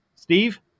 Steve